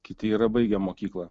kiti yra baigę mokyklą